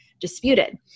disputed